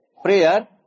Prayer